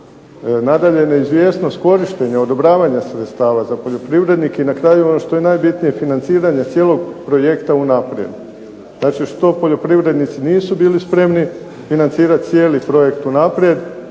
Nadalje, neizvjesnost korištenja, odobravanja sredstava za poljoprivrednike i na kraju ono što je najbitnije financiranje cijelog projekta unaprijed. Znači, što poljoprivrednici nisu bili spremni financirati cijeli projekt unaprijed